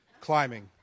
climbing